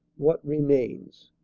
what remains?